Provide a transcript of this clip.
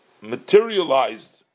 materialized